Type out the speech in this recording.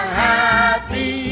happy